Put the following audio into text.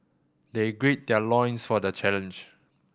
they gird their loins for the challenge